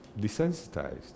desensitized